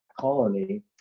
colony